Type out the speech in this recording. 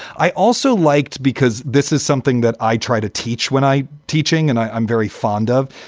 i also liked because this is something that i try to teach when i teaching and i'm very fond of,